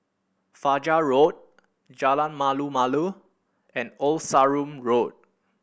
Fajar Road Jalan Malu Malu and Old Sarum Road